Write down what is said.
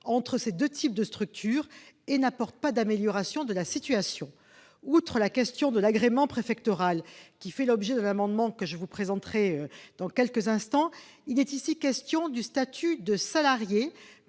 entre ces deux types de structure et n'améliore pas la situation. Outre la question de l'agrément préfectoral, qui fait l'objet de l'amendement que je vous présenterai dans quelques instants, il est ici question du statut de salarié.